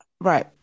Right